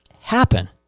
happen